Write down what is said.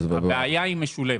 הבעיה משולבת.